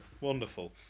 wonderful